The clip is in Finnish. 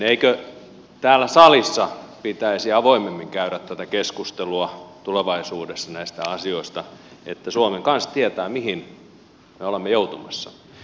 eikö täällä salissa pitäisi avoimemmin käydä tätä keskustelua tulevaisuudessa näistä asioista että suomen kansa tietää mihin me olemme joutumassa